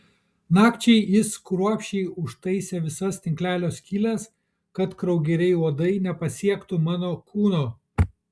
nakčiai jis kruopščiai užtaisė visas tinklelio skyles kad kraugeriai uodai nepasiektų mano kūno